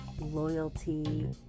loyalty